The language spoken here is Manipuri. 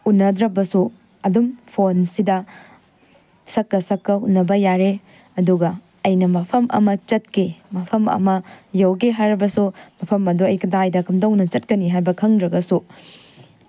ꯎꯟꯅꯗ꯭ꯔꯕꯁꯨ ꯑꯗꯨꯝ ꯐꯣꯟꯁꯤꯗ ꯁꯛꯀ ꯁꯛꯀ ꯎꯟꯅꯕ ꯌꯥꯔꯦ ꯑꯗꯨꯒ ꯑꯩꯅ ꯃꯐꯝ ꯑꯃ ꯆꯠꯀꯦ ꯃꯐꯝ ꯑꯃ ꯌꯧꯒꯦ ꯍꯥꯏꯔꯕꯁꯨ ꯃꯐꯝ ꯑꯗꯣ ꯑꯩ ꯀꯗꯥꯏꯗ ꯀꯝꯗꯧꯅ ꯆꯠꯀꯅꯤ ꯍꯥꯏꯕ ꯈꯪꯗ꯭ꯔꯒꯁꯨ